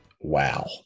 wow